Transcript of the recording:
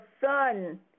son